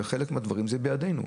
חלק מהדברים זה בידינו.